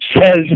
says